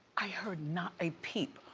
i heard not a peep.